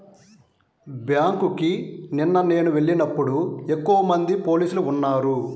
బ్యేంకుకి నిన్న నేను వెళ్ళినప్పుడు ఎక్కువమంది పోలీసులు ఉన్నారు